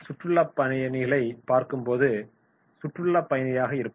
சுற்றுலாப் பயணிகளைப் பார்க்கும் போது சுற்றுலாப் பயணிகளாக இருப்பார்கள்